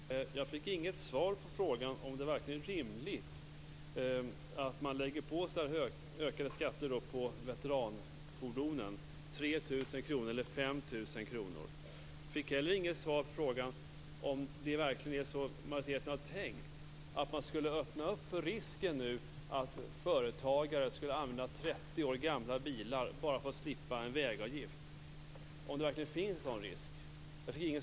Fru talman! Jag fick inget svar på min fråga om det verkligen är rimligt att man lägger på ökade skatter på veteranfordonen, 3 000 kr eller 5 000 kr. Jag fick inte heller något svar på frågan om majoriteten verkligen har tänkt att det finns en risk att företagare skulle börja använda 30 år gamla bilar bara för att slippa en vägavgift.